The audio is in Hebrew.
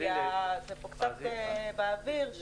זה פה קצת באוויר,